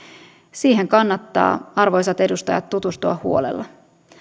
siihen kannattaa arvoisat edustajat tutustua huolella